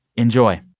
enjoy